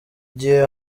gihe